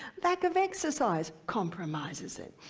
lack of exercise compromises it.